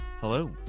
Hello